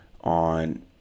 on